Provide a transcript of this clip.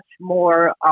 more